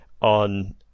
on